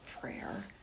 prayer